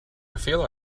feel